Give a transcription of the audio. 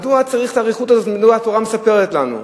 מדוע צריך את האריכות הזאת, מדוע התורה מספרת לנו?